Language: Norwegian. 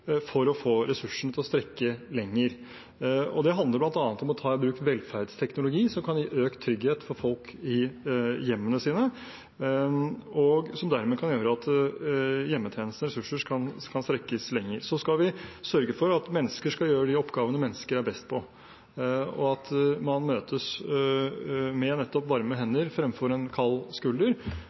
for å få ressursene til å strekke lenger. Det handler bl.a. om å ta i bruk velferdsteknologi, som kan gi økt trygghet for folk i hjemmene deres, og som dermed kan gjøre at hjemmetjenestens ressurser kan strekkes lenger. Vi skal sørge for at mennesker skal gjøre de oppgavene som mennesker er best på, og at man møtes med nettopp varme hender fremfor en kald skulder.